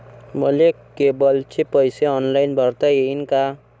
मले केबलचे पैसे ऑनलाईन भरता येईन का?